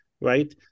right